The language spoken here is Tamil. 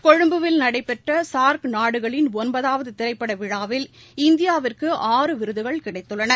கொழும்புவில் நடைபெற்ற சார்க் நாடுகளின் ஒன்பதாவது திரைப்பட விழாவில் இந்தியாவிற்கு ஆறு விருதுகள் கிடைத்துள்ளன